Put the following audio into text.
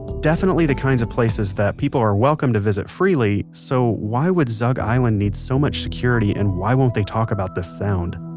definitely the kinds of places that people are welcome to visit freely, so why would zug island need so much security and why won't they talk about this sound?